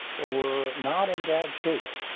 that we're not in bad shape.